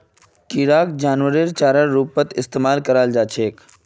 किराक जानवरेर चारार रूपत इस्तमाल कराल जा छेक